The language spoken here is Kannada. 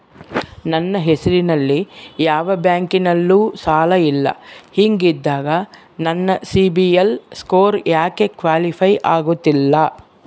ನನ್ನ ಹೆಸರಲ್ಲಿ ಯಾವ ಬ್ಯಾಂಕಿನಲ್ಲೂ ಸಾಲ ಇಲ್ಲ ಹಿಂಗಿದ್ದಾಗ ನನ್ನ ಸಿಬಿಲ್ ಸ್ಕೋರ್ ಯಾಕೆ ಕ್ವಾಲಿಫೈ ಆಗುತ್ತಿಲ್ಲ?